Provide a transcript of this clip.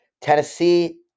Tennessee